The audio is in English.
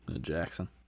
jackson